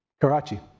Karachi